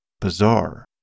bizarre